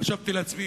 חשבתי לעצמי,